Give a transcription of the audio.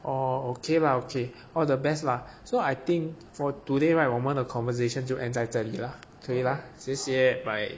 orh okay lah okay all the best lah so I think for today right 我们的 conversations 就 end 在这里啦可以啦谢谢 bye